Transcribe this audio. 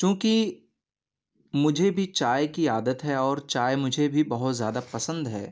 چوں کہ مجھے بھی چائے کی عادت ہے اور چائے مجھے بھی بہت زیادہ پسند ہے